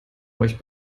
euch